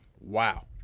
wow